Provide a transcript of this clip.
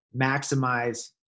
maximize